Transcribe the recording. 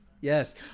Yes